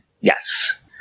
Yes